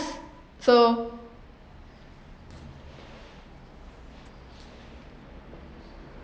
so